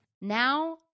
now